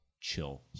chill